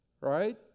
Right